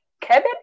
Kevin